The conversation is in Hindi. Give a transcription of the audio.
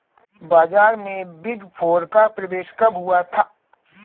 बाजार में बिग फोर का प्रवेश कब हुआ था?